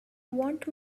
want